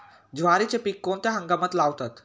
ज्वारीचे पीक कोणत्या हंगामात लावतात?